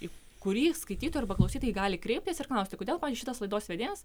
į kurį skaitytojai arba klausytojai gali kreiptis ir klausti kodėl pavyzdžiui šitas laidos vedėjas